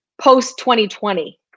post-2020